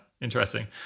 interesting